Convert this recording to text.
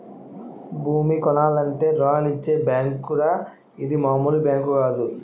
భూమి కొనాలంటే రుణాలిచ్చే బేంకురా ఇది మాములు బేంకు కాదు